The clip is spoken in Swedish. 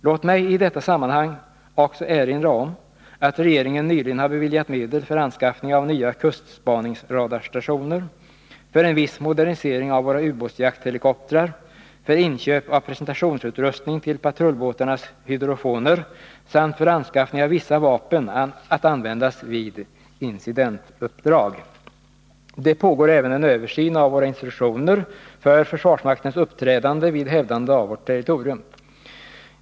Låt migi detta sammanhang också erinra om att regeringen nyligen har beviljat medel för anskaffning av nya kustspaningsradarstationer, för en viss modernisering av våra ubåtsjaktshelikoptrar, för inköp av presentationsutrustning till patrullbåtarnas hydrofoner samt för anskaffning av vissa vapen att användas vid incidentuppdrag. Det pågår även en översyn av våra instruktioner för försvarsmaktens uppträdande vid hävdande av vårt territorium.